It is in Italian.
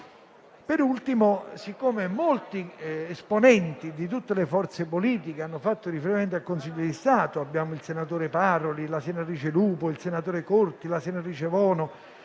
In ultimo, molti rappresentanti di tutte le forze politiche hanno fatto riferimento al Consiglio di Stato (il senatore Paroli, la senatrice Lupo, il senatore Corti, la senatrice Vono,